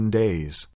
days